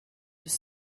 was